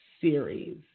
series